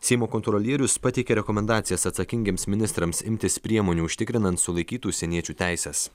seimo kontrolierius pateikė rekomendacijas atsakingiems ministrams imtis priemonių užtikrinant sulaikytų užsieniečių teises